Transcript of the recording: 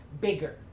bigger